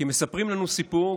כי מספרים לנו סיפור,